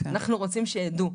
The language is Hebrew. אנחנו רוצים שידעו.